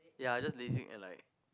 ya just lasik and like